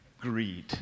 greed